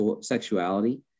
sexuality